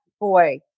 boy